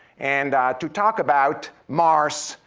and to talk about mars,